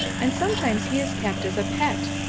and sometimes he is kept as a pet,